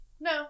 No